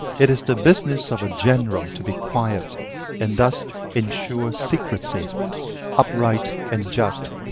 it is the business of a general to be quiet and thus ensure secrecy upright and just,